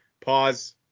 Pause